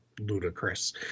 ludicrous